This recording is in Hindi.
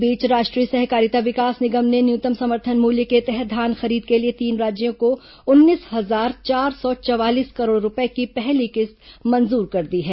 इस बीच राष्ट्रीय सहकारिता विकास निगम ने न्यूनतम समर्थन मूल्य के तहत धान खरीद के लिए तीन राज्यों को उन्नीस हजार चार सौ चवालीस करोड़ रुपये की पहली किस्त मंजूर कर दी है